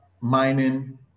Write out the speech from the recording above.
mining